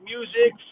Music